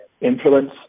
influence